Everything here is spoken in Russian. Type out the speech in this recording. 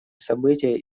события